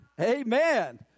Amen